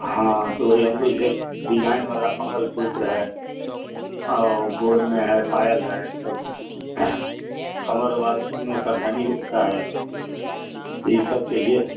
हाँ तो वही हमको जैसे डिजाइन वाला मंगलसूत्र है और गोड़ में है पायल है सब कमरवा में करधनी होता है तो ई सब चहिए